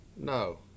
No